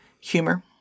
humor